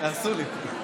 הרסו לי.